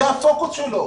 זה הפוקוס שלו.